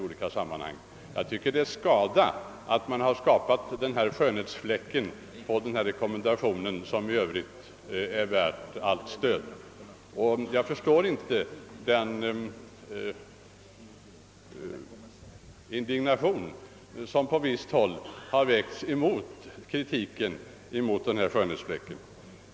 Det är skada att man har skapat denna skönhetsfläck i rekommendationen, som i övrigt är värd allt stöd. Jag förstår inte den indignation, som på visst håll har uttalats mot kritiken av denna skönhetsfläck.